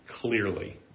clearly